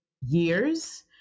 years